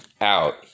out